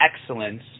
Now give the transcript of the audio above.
excellence